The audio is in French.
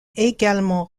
également